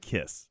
Kiss